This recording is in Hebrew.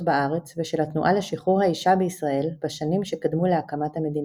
בארץ ושל התנועה לשחרור האישה בישראל בשנים שקדמו להקמת המדינה.